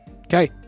Okay